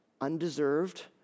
undeserved